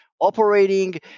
operating